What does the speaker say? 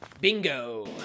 Bingo